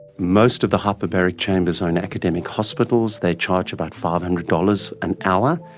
most of the hyperbaric chambers are in academic hospitals, they charge about five hundred dollars an hour,